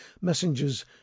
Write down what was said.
messengers